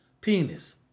penis